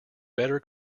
better